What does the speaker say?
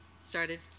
started